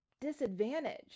disadvantage